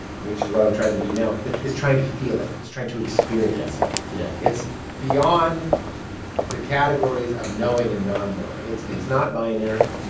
which is what i'm trying to do now, is trying to feel it, is trying to experience it yeah it's beyond the categories of knowing and non-knowing. it's it's not binary.